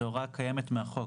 זו הוראה קיימת מהחוק,